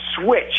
switch